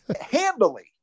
handily